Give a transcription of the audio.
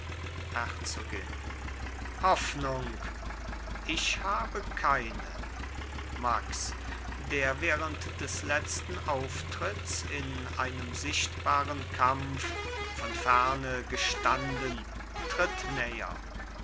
herzogin hoffnung ich hab keine max der während des letzten auftritts in einem sichtbaren kampf von ferne gestanden tritt näher